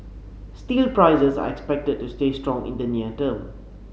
steel prices are expected to stay strong in the near term